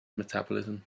metabolism